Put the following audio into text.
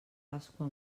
pasqua